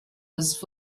was